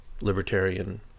libertarian